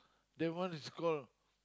that one is call